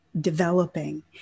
developing